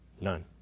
None